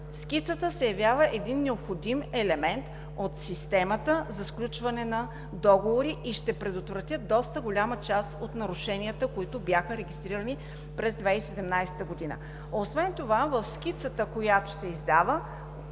скицата се явява необходим елемент от системата за сключване на договори и ще предотврати доста голяма част от нарушенията, които бяха регистрирани през 2017 г. Освен това информацията в скицата, която се издава,